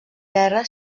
guerra